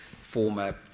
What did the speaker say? former